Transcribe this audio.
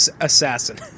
assassin